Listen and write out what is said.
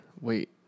wait